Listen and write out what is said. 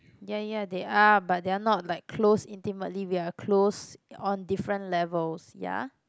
ya ya they are but they are not like close intimately we are close on different levels ya